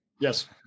Yes